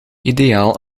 ideaal